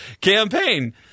campaign